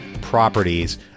properties